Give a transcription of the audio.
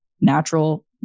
natural